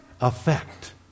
effect